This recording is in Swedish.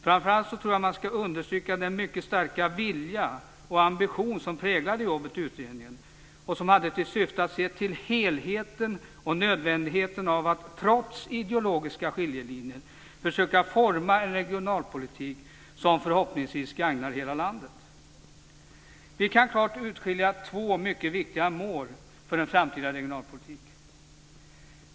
Framför allt vill jag understryka den mycket starka vilja och ambition som präglade jobbet i utredningen och som hade till syfte att se till helheten och nödvändigheten av att trots ideologiska skiljelinjer försöka forma en regionalpolitik som förhoppningsvis gagnar hela landet. Vi kan klart urskilja två mycket viktiga mål för en framtida regionalpolitik.